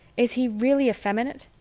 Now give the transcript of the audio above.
is he really effeminate?